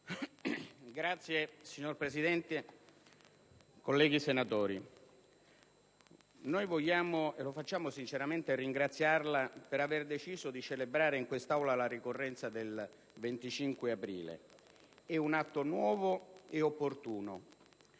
Signor Presidente, colleghi senatori, noi vogliamo ringraziarla - e lo facciamo sinceramente - per aver deciso di celebrare in quest'Aula la ricorrenza del 25 aprile. È un atto nuovo e opportuno,